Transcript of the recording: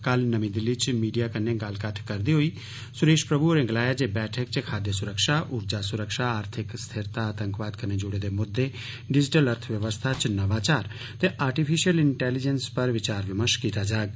कल नमीं दिल्ली च मीडिया कन्नै गल्ल कत्थ करदे होई सुरेष प्रभु होरें गलाया जे बैठक च खाद्य रक्षा ऊर्जा सुरक्षा आर्थिक स्थिरता आतंकवाद कन्नै जुड़े दे मुद्दे डिजीटल अर्थव्यवस्था च नवाचार ते आर्टिफिषियल इंटैलीजेंस पर विचार विमर्ष कीता जाग